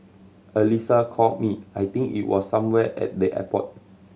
Alyssa called me I think it was somewhere at the airport